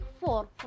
four